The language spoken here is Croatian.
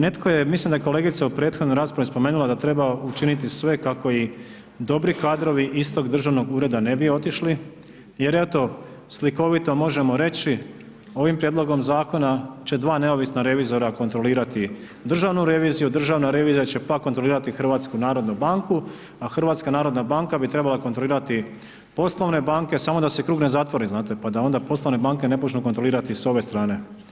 Netko je, mislim da je kolega u prethodnoj raspravi spomenula da treba učiniti sve kako i dobri kadrovi istog državnog ureda ne bi otišli jer eto slikovito možemo reći, ovim prijedlogom zakona će dva neovisna revizora kontrolirati državnu reviziju, državna revizija će pak kontrolirati HNB, a HNB bi trebala kontrolirati poslovne banke samo da se krug ne zatvori, znate, pa da onda i poslovne ne počnu kontrolirati s ove strane.